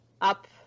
up